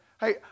hey